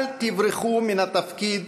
אל תברחו מן התפקיד